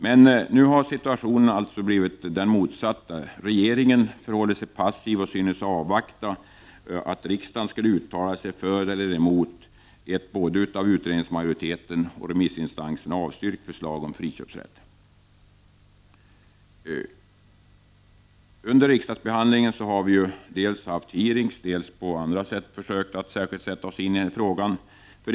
Men nu har situationen alltså blivit den motsatta. Regeringen förhåller sig passiv och synes ha avvaktat att riksdagen skulle uttala sig för eller emot ett av både utredningsmajoriteten och remissinstanserna avstyrkt förslag om friköpsrätt. Under riksdagsbehandlingen har vi dels haft hearings, dels på andra sätt försökt sätta oss in i frågan.